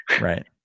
Right